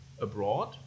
abroad